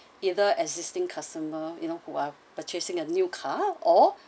either existing customer you know who are purchasing a new car or